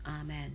Amen